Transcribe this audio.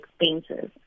expenses